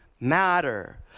matter